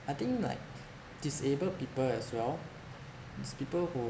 I think like disabled people as well these people who